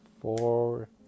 four